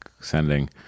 sending